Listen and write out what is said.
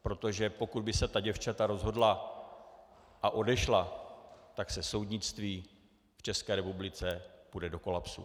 Protože pokud by se ta děvčata rozhodla a odešla, tak soudnictví v České republice půjde do kolapsu.